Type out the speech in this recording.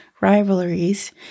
rivalries